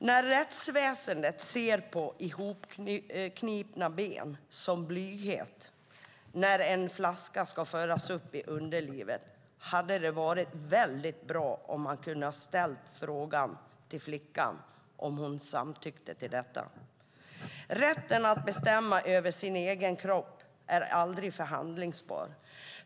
När rättsväsendet ser på hopknipna ben som blyghet när en flaska ska föras upp i underlivet hade det varit väldigt bra om man hade kunnat ställa frågan till flickan om hon samtyckte till detta. Rätten att bestämma över sin egen kropp är aldrig förhandlingsbar.